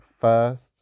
first